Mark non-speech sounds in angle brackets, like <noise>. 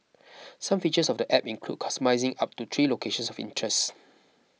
<noise> some features of the app include customising up to three locations of interest